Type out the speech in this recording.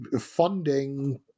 funding